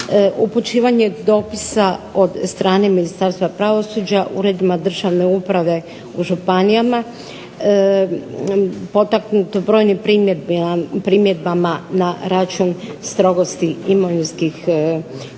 upućivanje dopisa od strane Ministarstva pravosuđa, uredima državne uprave u županijama. Potaknuto brojim primjedbama na račun strogosti imovinskih kriterija